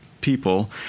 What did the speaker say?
people